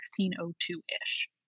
1602-ish